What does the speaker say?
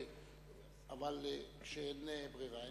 אבל כשאין ברירה,